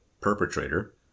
perpetrator